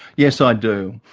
yes i do.